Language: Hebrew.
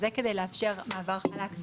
זאת כדי לאפשר מעבר חלק,